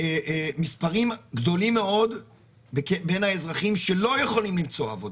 מספרים גדולים מאוד של אזרחים שלא יכולים למצוא עבודה,